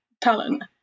talent